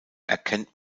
erkennt